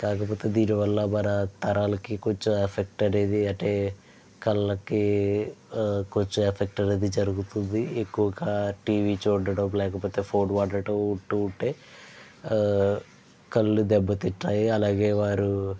కాకపోతే దీనివల్ల మన తరాలకి కొంచెం ఎఫెక్ట్ అనేది అంటే కళ్ళకి కొంచం ఎఫెక్ట్ అనేది జరుగుతుంది ఎక్కువగా టివీ చూడడం లేకపోతే ఫోన్ వాడటం ఉంటూ ఉంటే ఆ కళ్ళు దెబ్బతింటాయి అలాగే వారు